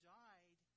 died